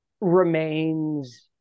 remains